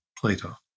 Plato